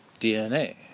DNA